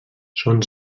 són